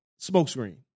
smokescreen